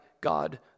God